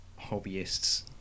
hobbyists